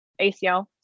ACL